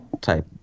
type